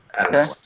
Okay